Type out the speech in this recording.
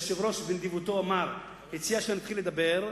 היושב-ראש בנדיבותו הציע שאני אתחיל לדבר,